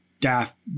death